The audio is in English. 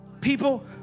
people